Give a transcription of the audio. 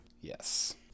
Yes